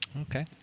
okay